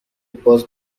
باز